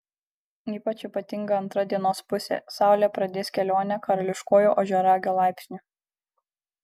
ypač ypatinga antra dienos pusė saulė pradės kelionę karališkuoju ožiaragio laipsniu